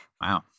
Wow